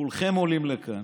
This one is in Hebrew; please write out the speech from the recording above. כולכם עולים לכאן,